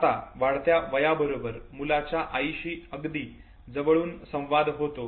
आता वाढत्या वयाबरोबर मुलाचा आईशी अगदी जवळून संवाद होतो